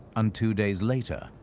and two days later,